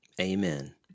Amen